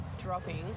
dropping